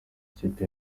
ikipe